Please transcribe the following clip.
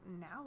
now